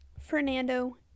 Fernando